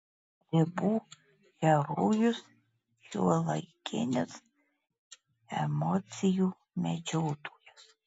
ribų herojus šiuolaikinis emocijų medžiotojas